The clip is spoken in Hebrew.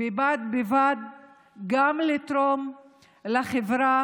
ובד בבד גם לתרום לחברה